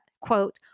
quote